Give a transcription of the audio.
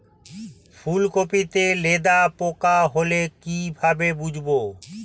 ফুলকপিতে লেদা পোকা হলে কি ভাবে বুঝবো?